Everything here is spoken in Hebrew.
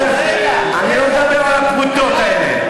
אני לא מדבר על הפרוטות האלה.